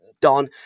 Don